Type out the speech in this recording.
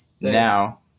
Now